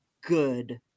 good